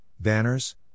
Banners